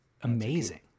Amazing